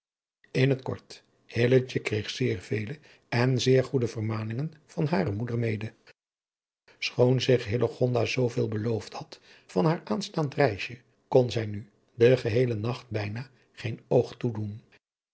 in t kort hilletje kreeg zeer vele en zeer goede vermaningen van hare moeder mede schoon zich hillegonda zooveel beloofd had van haar aanstaand reisje kon zij nu den geheelen nacht bijna geen oog toedoen